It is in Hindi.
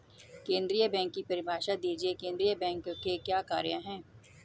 केंद्रीय बैंक की परिभाषा दीजिए केंद्रीय बैंक के क्या कार्य हैं?